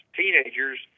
teenagers